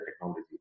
technology